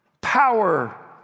power